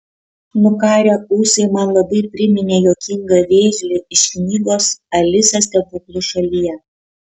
nukarę ūsai man labai priminė juokingą vėžlį iš knygos alisa stebuklų šalyje